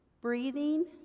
breathing